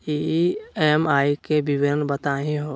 EMI के विवरण बताही हो?